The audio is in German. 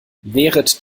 wehret